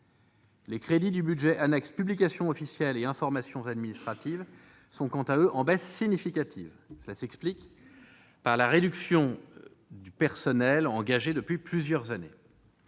Les crédits du budget annexe « Publications officielles et information administrative » connaissent, quant à eux, une baisse significative. Cela s'explique par la réduction de personnels engagée depuis plusieurs années.